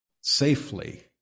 safely